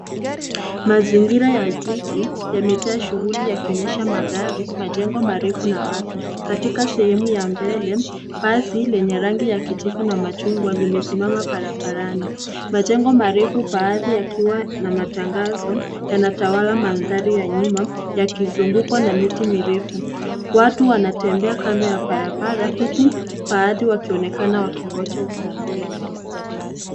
Mazingira ya jiji yamejaa shughuli yakionyesha magari, majengo marefu na watu. Katika sehemu ya mbele basi lenye rangi ya kijivu na machungwa limesimama barabarani. Majengo marefu baadhi yakiwa na matangazo yanatawala mandhari ya nyuma yakizungukwa na miti mirefu. Watu wanatembea kando ya barabara huku baadhi wakionekana kungoja usafiri.